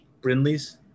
Brinley's